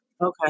okay